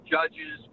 Judges